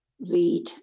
read